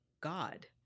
God